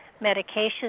medications